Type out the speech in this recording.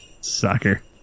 Sucker